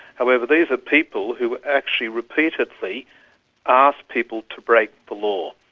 however, these are people who actually repeatedly ask people to break the law.